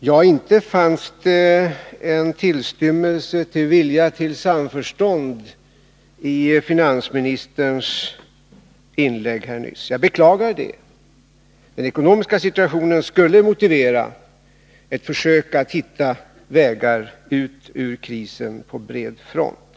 Fru talman! Det fanns inte en tillstymmelse till vilja till samförstånd i finansministerns inlägg här nyss. Jag beklagar det. Den ekonomiska situationen skulle motivera ett försök att hitta vägar ut ur krisen på bred front.